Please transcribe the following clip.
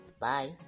Bye